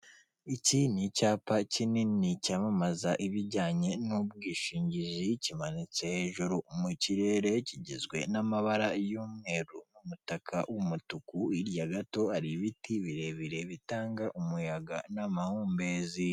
Iki ni icyapa kinini cyamamaza ibijyanye n'ubwishingizi kimanitse hejuru mu kirere, kigizwe n'amabara y'umweru, umutaka w'umutuku, hirya gato hari ibiti birebire bitanga umuyaga n'amahumbezi.